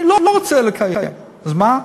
אני לא רוצה לקיים, אז מה?